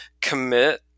Commit